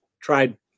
tried